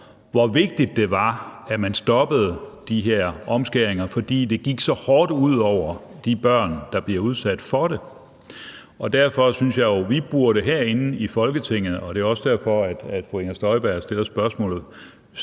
hvor vigtigt det var, at man stoppede de her omskæringer, fordi det gik så hårdt ud over de børn, der bliver udsat for det. Derfor synes jeg jo, at vi herinde i Folketinget burde – og det er også derfor, at fru Inger Støjberg stiller spørgsmålet